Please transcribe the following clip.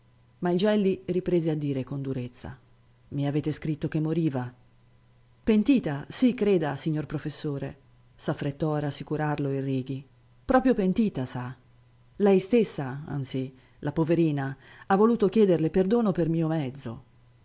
il gelli riprese a dire con durezza i avete scritto che moriva pentita sì creda signor professore s'affrettò a rassicurarlo il righi proprio pentita sa lei stessa anzi la poverina ha voluto chiederle perdono per mio mezzo